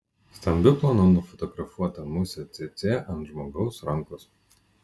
stambiu planu nufotografuota musė cėcė ant žmogaus rankos